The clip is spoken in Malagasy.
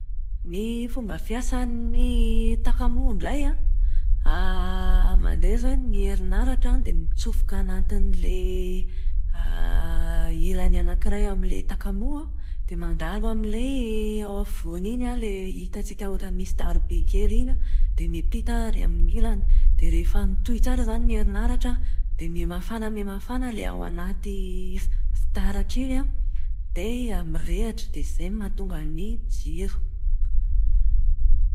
Ny fomba fiasan'ny takamoa indray an, mandeha izany ny herinaratra dia mitsofoka anatin'ilay ilany anakiray amin'ilay takamoa, dia mandalo amin'ilay ao afovoany iny an, ilay hitantsika ohatran'ny misy taroby kely iny an, dia miampita ary amin'ny ilany. Dia rehefa mitohy tsara izany ny herinaratra, dia mihamafana mihamafana ilay ao anaty fitaratra iny an, dia mirehatra. Dia izay no mahatonga ny jiro.